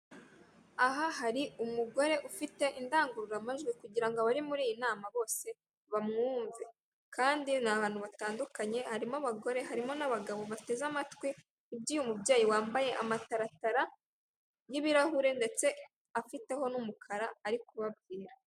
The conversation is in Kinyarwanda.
Aha hari umugore ufite indangururamajwi kugira ngo abari muri iyi nama bose bamwumve. Kandi ni ahantu batandukanye harimo abagore, harimo n'abagabo bateze amatwi ibyo uyu mubyeyi wambaye amataratara y'ibirahure ndetse afiteho n'umukara ari ku babwira.